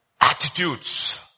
Attitudes